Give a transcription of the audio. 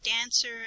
dancer